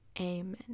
amen